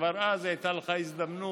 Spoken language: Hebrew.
כבר אז הייתה לך הזדמנות,